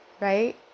right